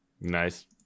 Nice